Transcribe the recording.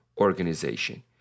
organization